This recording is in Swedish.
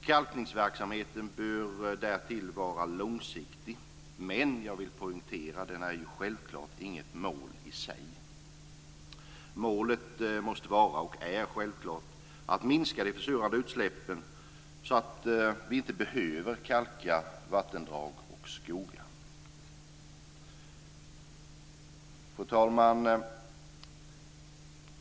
Kalkningsverksamheten bör därtill vara långsiktig. Men jag vill poängtera att den självklart inte är något mål i sig. Målet måste självklart vara att minska de försurande utsläppen så att vi inte behöver kalka vattendrag och skogar. Fru talman!